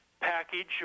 package